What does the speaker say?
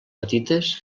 petites